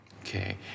Okay